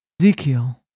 Ezekiel